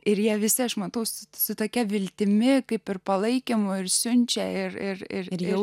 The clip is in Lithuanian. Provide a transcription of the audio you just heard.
ir jie visi aš matausi su tokia viltimi kaip ir palaikymo ir siunčia ir ir ir